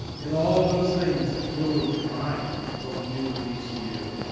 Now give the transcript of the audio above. and all of those things that really define what we do at vcu.